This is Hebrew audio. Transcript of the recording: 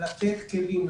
לתת כלים,